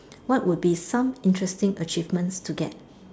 what would be some interesting achievements to get